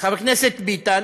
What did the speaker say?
חבר הכנסת ביטן,